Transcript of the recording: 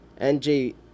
NJ